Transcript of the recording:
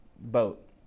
boat